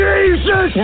Jesus